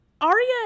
Aria